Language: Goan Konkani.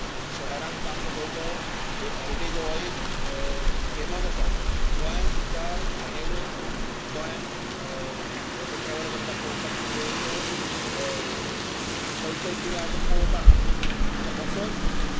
शहरांत सुद्दां आमचो गोंयचो हेरिटेज हो एक फेमस आसा गोंयांत सुद्दां भायले लोक खूब गोंयांत ट्रॅवल करतात पळोवपाक की गोंयचो कल्चर कितें आसा तो पळोवपा खातीर आतां असोच